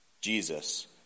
Jesus